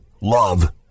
love